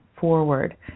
forward